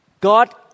God